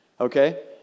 Okay